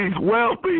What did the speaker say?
wealthy